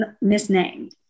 misnamed